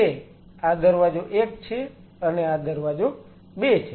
કે આ દરવાજો એક છે અને આ દરવાજો બે છે